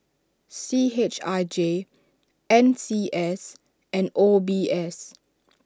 C H I J N C S and O B S